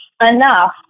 enough